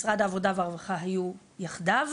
משרד העבודה והרווחה היו יחדיו,